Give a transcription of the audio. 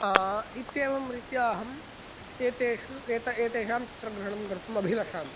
इत्येवं रीत्या अहम् एतेषु एत् एतेषां चित्रग्रहणं कर्तुम् अभिलषामि